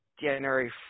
January